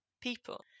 people